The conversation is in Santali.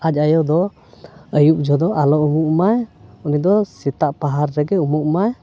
ᱟᱡ ᱟᱭᱳ ᱫᱚ ᱟᱹᱭᱩᱵ ᱡᱚᱠᱷᱮᱡ ᱟᱞᱚᱭ ᱩᱢᱚᱜ ᱢᱟᱭ ᱩᱱᱤᱫᱚ ᱥᱮᱛᱟᱜ ᱯᱟᱭᱟᱨᱟ ᱨᱮᱜᱮ ᱩᱢᱚᱜᱼᱢᱟᱭ